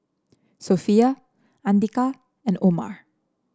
Sofea Andika and Omar